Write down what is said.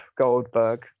Goldberg